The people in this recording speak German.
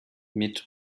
mit